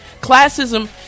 Classism